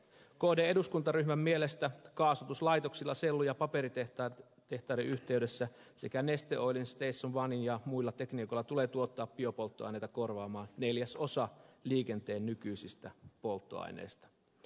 kdn eduskuntaryhmän mielestä kaasutuslaitoksilla sellu ja paperitehtaiden yhteydessä sekä neste oilin station onen ja muilla tekniikoilla tulee tuottaa biopolttoaineita korvaamaan neljäsosa liikenteen nykyisistä polttoaineista